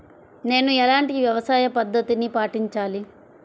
నేను ఎలాంటి వ్యవసాయ పద్ధతిని పాటించాలి?